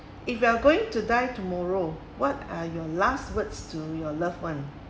if you are going to die tomorrow what are your last words to your loved one